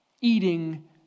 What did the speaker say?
eating